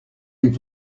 les